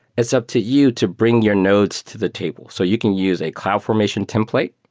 it's up to you to bring your nodes to the table. so you can use a cloud formation template.